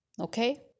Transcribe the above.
okay